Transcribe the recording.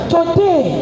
Today